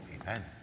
Amen